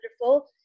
Wonderful